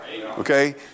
Okay